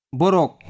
borok